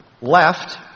Left